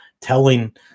telling